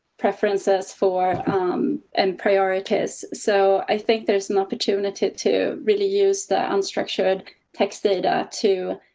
preferences for and priorities, so i think there's an opportunity to really use the unstructured text data to.